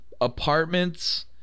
apartments